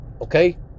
Okay